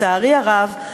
לצערי הרב,